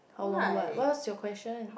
how long ride what was your question